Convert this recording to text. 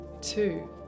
Two